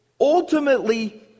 Ultimately